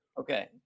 Okay